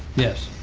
yes.